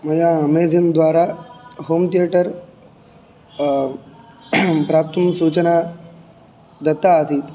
मया अमेजान् द्वारा home theatre प्राप्तुं सूचना दत्ता आसीत्